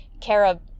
carob